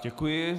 Děkuji.